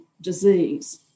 disease